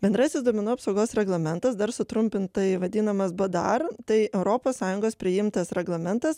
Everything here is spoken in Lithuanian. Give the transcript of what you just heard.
bendrasis duomenų apsaugos reglamentas dar sutrumpintai vadinamas bdar tai europos sąjungos priimtas reglamentas